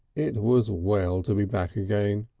it was well to be back again.